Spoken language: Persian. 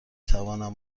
توانم